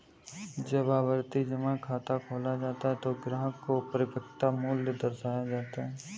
जब आवर्ती जमा खाता खोला जाता है तो ग्राहक को परिपक्वता मूल्य दर्शाया जाता है